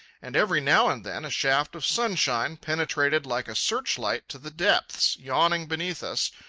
and every now and then a shaft of sunshine penetrated like a search-light to the depths yawning beneath us,